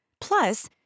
Plus